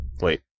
wait